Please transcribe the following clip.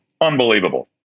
Unbelievable